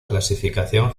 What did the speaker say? clasificación